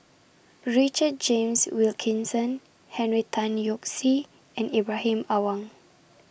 Richard James Wilkinson Henry Tan Yoke See and Ibrahim Awang